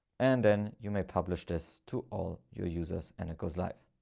and then you may publish this to all your users, and it goes live.